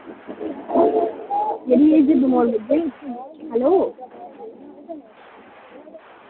hello